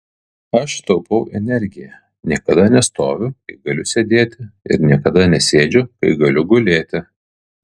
aš taupau energiją niekada nestoviu kai galiu sėdėti ir niekada nesėdžiu kai galiu gulėti